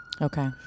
Okay